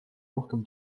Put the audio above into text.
rohkem